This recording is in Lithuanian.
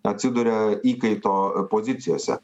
atsiduria įkaito pozicijose